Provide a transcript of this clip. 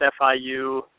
FIU